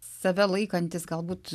save laikantys galbūt